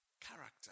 character